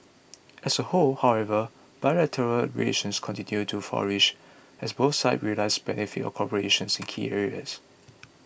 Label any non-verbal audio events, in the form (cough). as a whole however bilateral relations continued to flourish as both sides realise benefits of cooperation (unintelligible) in key areas